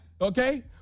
okay